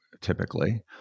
typically